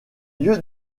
lieux